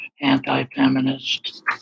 anti-feminist